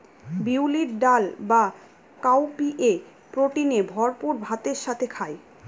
বিউলির ডাল বা কাউপিএ প্রোটিনে ভরপুর ভাতের সাথে খায়